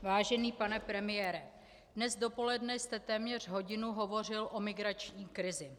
Vážený pane premiére, dnes dopoledne jste téměř hodinu hovořil o migrační krizi.